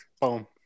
Boom